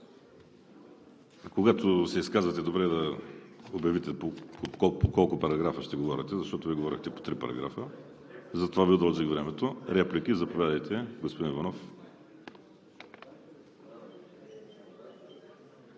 Когато се изказвате, е добре да обявите по колко параграфа ще говорите, защото Вие говорихте по три параграфа. Затова Ви удължих времето. Реплики? Заповядайте, господин Иванов.